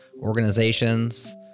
organizations